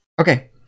okay